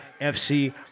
FC